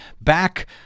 back